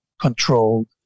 controlled